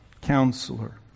Counselor